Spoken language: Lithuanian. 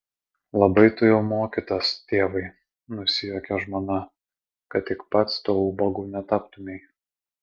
labai tu jau mokytas tėvai nusijuokė žmona kad tik pats tuo ubagu netaptumei